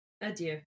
adieu